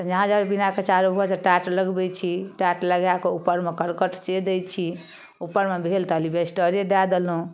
फेर झाँझर बीनाकऽ चारू बगलसँ टाट लगबै छी टाट लगाकऽ उपरमे करकट से दै छी उपरमे भेल तऽ एलबेस्टरे दै देलहुँ